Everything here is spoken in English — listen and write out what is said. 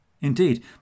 Indeed